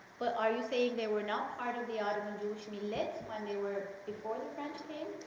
but are you saying they were not part of the ottoman jewish millets when they were before the french came?